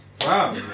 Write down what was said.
wow